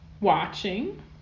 watching